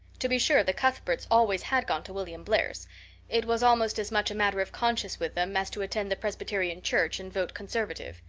to be sure, the cuthberts always had gone to william blair's it was almost as much a matter of conscience with them as to attend the presbyterian church and vote conservative.